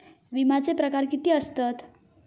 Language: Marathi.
विमाचे प्रकार किती असतत?